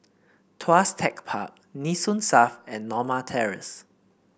Tuas Tech Park Nee Soon South and Norma Terrace